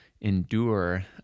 endure